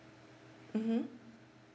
mmhmm